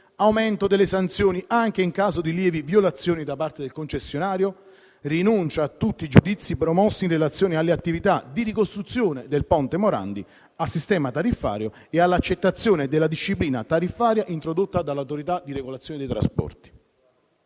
aumento delle sanzioni anche in caso di lievi violazioni da parte del concessionario; rinuncia a tutti i giudizi promossi in relazione alle attività di ricostruzione del ponte Morandi, al sistema tariffario e all'accettazione della disciplina tariffaria introdotta dall'autorità di regolazione dei trasporti.